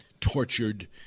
tortured